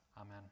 Amen